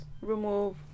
Remove